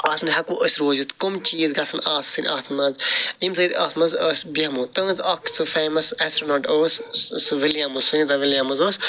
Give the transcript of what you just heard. اَتھ منٛز ہٮ۪کوٕ أسۍ روٗزِتھ کَم چیٖز گژھن آسٕنۍ اَتھ منٛز یِم سۭتۍ اتھ منٛز أسۍ بیٚہمو تٕہنٛز اکھ سُہ فٮ۪مس اٮ۪سٹرٛنانٛٹ ٲس سُہ وِلیمٕز وِلیمٕز ٲس